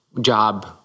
job